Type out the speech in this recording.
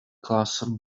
classroom